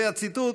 זה הציטוט,